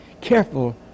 careful